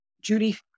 Judy